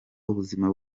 ubuzima